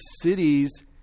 cities